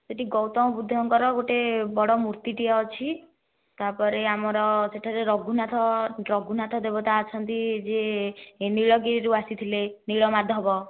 ସେହିଠି ଗୌତମ ବୁଦ୍ଧଙ୍କର ଗୋଟେ ବଡ଼ ମୂର୍ତ୍ତି ଟିଏ ଅଛି ତାପରେ ଆମର ସେହିଠାରେ ରଘୁନାଥ ରଘୁନାଥ ଦେବତା ଅଛନ୍ତି ଯିଏ ନୀଳଗିରୀରୁ ଆସିଥିଲେ ନୀଳମାଧବ